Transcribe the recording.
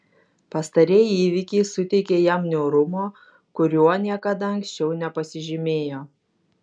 pastarieji įvykiai suteikė jam niūrumo kuriuo niekada anksčiau nepasižymėjo